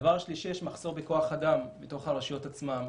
דבר שלישי, יש מחסור בכוח אדם בתוך הרשויות עצמן.